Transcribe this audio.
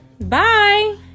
Bye